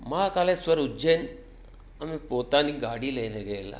મહાકાલેશ્વર ઉજ્જૈન અમે પોતાની ગાડી લઈને ગયેલાં